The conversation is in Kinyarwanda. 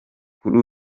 kuri